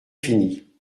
fini